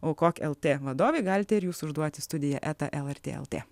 aukok lt vadovei galite ir jūs užduoti studija eta lrt lt